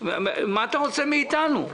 "מה אתה רוצה מאיתנו,